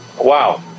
Wow